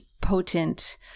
potent